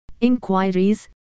inquiries